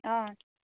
অঁ